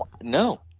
No